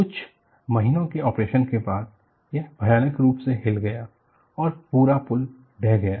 कुछ महीनों के ऑपरेशन के बाद यह भयानक रूप से हिल गया और पूरा पुल ढह गया